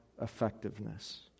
effectiveness